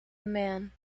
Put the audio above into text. man